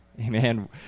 amen